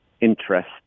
interest